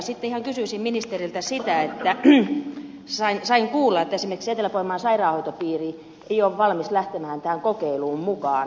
sitten kysyisin ministeriltä sitä että sain kuulla että esimerkiksi etelä pohjanmaan sairaanhoitopiiri ei ole valmis lähtemään tähän kokeiluun mukaan